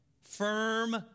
firm